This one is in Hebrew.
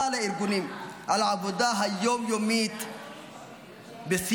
הארגונים על העבודה היום-יומית בסיוע,